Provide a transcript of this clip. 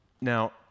Now